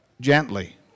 gently